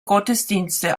gottesdienste